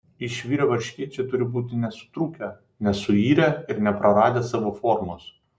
išvirę varškėčiai turi būti nesutrūkę nesuirę ir nepraradę savo formos